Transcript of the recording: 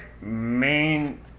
main